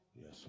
Yes